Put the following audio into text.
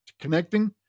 connecting